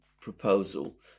proposal